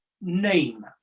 name